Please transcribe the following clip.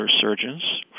surgeons